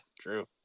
True